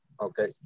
Okay